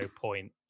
point